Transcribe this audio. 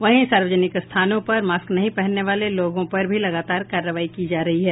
वहीं सार्वजनिक स्थानों पर मास्क नहीं पहनने वाले लोगों पर भी लगातार कार्रवाई की जा रही है